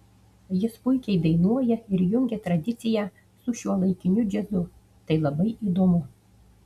jis puikiai dainuoja ir jungia tradiciją su šiuolaikiniu džiazu tai labai įdomu